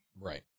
Right